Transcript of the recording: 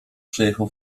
przejechał